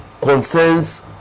concerns